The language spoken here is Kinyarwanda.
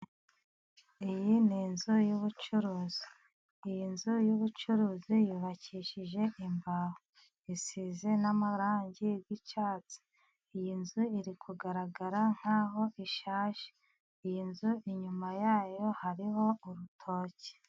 Iyi ni inzu y'ubucuruzi, iyi nzu y'ubucuruzi yubakishije imbaho, isize n'amarangi y'icyatsi. Iyi nzu iri kugaragara nkaho ishaje, iyi nzu inyuma yayo hariho urutoki.